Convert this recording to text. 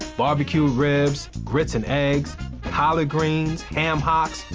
barbecue ribs, grits and eggs, collared greens, ham hocks,